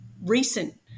recent